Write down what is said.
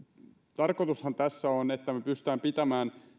tarkoitushan tässä on että me pystymme pitämään tämän